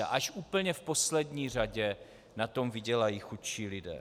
Až úplně v poslední řadě na tom vydělají chudší lidé.